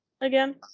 again